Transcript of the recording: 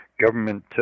government